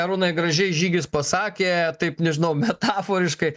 arūnai gražiai žygis pasakė taip nežinau metaforiškai